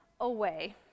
away